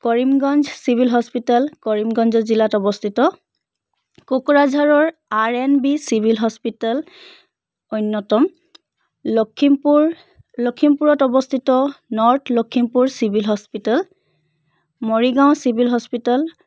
Karimganj civil hospital Karimganj জিলাত অৱস্থিত কোকৰাঝাৰৰ R N B civil hospital অন্যতম লখিমপুৰ লখিমপুৰত অৱস্থিত north Lakhimpur civil hospital Morigaon civil hospital